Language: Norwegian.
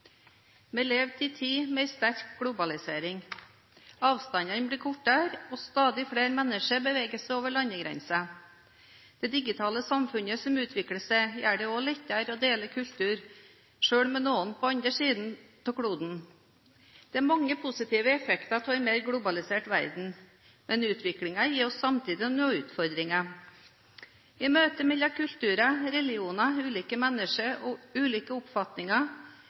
tid med en sterk globalisering. Avstandene blir kortere, og stadig flere mennesker beveger seg over landegrensene. Det digitale samfunnet som utvikler seg, gjør det også lettere å dele kultur – selv med noen på den andre siden av kloden. Det er mange positive effekter av en mer globalisert verden, men utviklingen gir oss samtidig noen utfordringer. I møte mellom kulturer, religioner, ulike mennesker og ulike oppfatninger